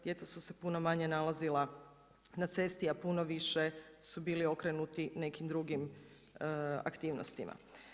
Djeca su se puno manje nalazila na cesti, a puno više su bili okrenuti nekim drugim aktivnostima.